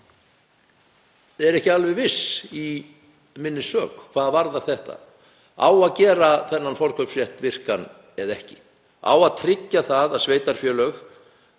ég er ekki alveg viss í minni sök hvað varðar þetta mál. Á að gera þennan forkaupsrétt virkan eða ekki? Á að tryggja það að sveitarfélög